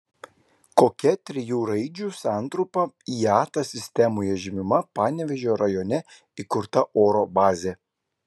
kokia trijų raidžių santrumpa iata sistemoje žymima panevėžio rajone įkurta oro bazė